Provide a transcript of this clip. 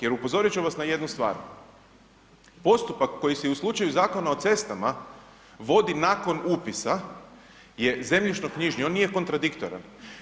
Jer upozorit ću vas na jednu stvar, postupak koji si u slučaju Zakona o cestama vodi nakon upisa je zemljišnoknjižni, on nije kontradiktoran.